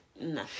No